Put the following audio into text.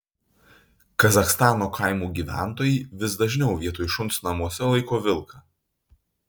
kazachstano kaimų gyventojai vis dažniau vietoj šuns namuose laiko vilką